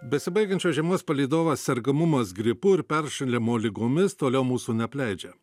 besibaigiančios žiemos palydovas sergamumas gripu ir peršalimo ligomis toliau mūsų neapleidžia